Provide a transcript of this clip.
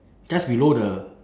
just below the